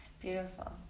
Beautiful